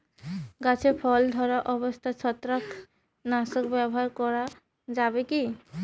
গাছে ফল ধরা অবস্থায় ছত্রাকনাশক ব্যবহার করা যাবে কী?